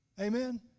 Amen